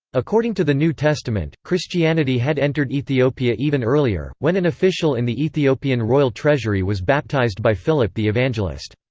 according to the new testament, christianity had entered ethiopia even earlier, when an official in the ethiopian royal treasury was baptized by philip the evangelist.